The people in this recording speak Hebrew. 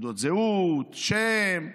תעודות זהות, שם,